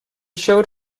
showed